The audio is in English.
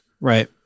Right